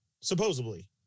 Supposedly